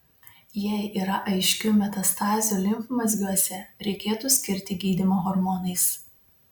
jei yra aiškių metastazių limfmazgiuose reikėtų skirti gydymą hormonais